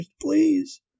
please